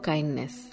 Kindness